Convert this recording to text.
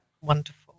wonderful